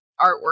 artwork